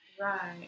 Right